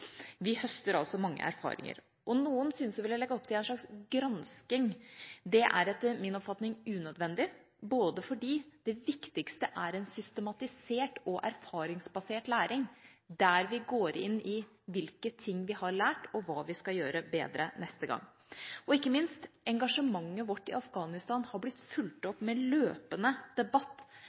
Vi høster altså mange erfaringer. Noen syns å ville legge opp til en slags gransking. Det er etter min oppfatning unødvendig, fordi det viktigste er en systematisert og erfaringsbasert læring der vi går inn i hvilke ting vi har lært, og hva vi skal gjøre bedre neste gang. Ikke minst har engasjementet vårt i Afghanistan blitt fulgt opp med løpende debatt